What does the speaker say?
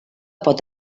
pot